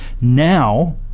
Now